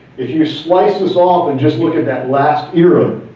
if you slice this off and just look at that last era,